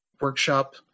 workshop